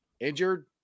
Injured